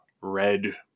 red